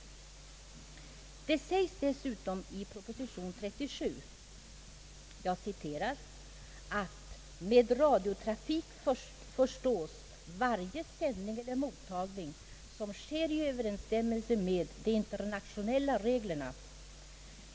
Det sägs dessutom i proposition nr 37 att »med radiotrafik förstås varje sändning eller mottagning som sker i överensstämmelse med de internationella reglerna.